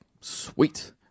Sweet